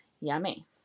Yummy